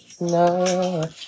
No